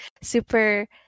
super